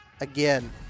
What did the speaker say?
again